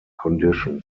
condition